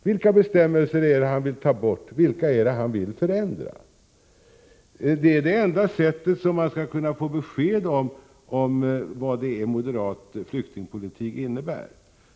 Vilka bestämmelser vill han ta bort och vilka vill han förändra? Det är det enda sättet om man skall kunna få besked om vad moderat flyktingpolitik innebär.